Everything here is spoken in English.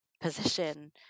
position